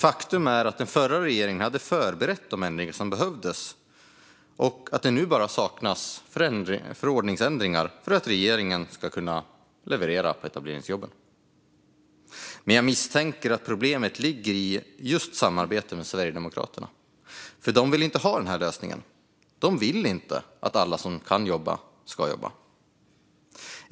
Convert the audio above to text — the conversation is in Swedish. Faktum är nämligen att den förra regeringen hade förberett de ändringar som behövs och att det nu bara saknas förordningsändringar för att regeringen ska kunna leverera när det gäller etableringsjobben. Jag misstänker dock att problemet ligger i just samarbetet med Sverigedemokraterna, för de vill inte ha den här lösningen. De vill inte att alla som kan jobba ska jobba.